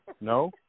No